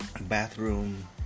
bathroom